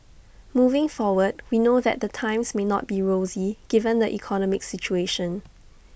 moving forward we know that the times may not be rosy given the economic situation